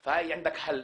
כי אין הרבה,